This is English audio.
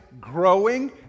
growing